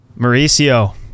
Mauricio